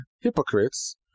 hypocrites